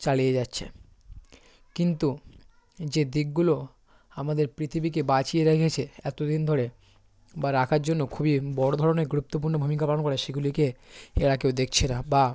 চালিয়ে যাচ্ছে কিন্তু যে দিকগুলো আমাদের পৃথিবীকে বাঁচিয়ে রেখেছে এতদিন ধরে বা রাখার জন্য খুবই বড় ধরনের গুরুত্বপূর্ণ ভূমিকা পালন করে সেগুলিকে এরা কেউ দেখছে না বা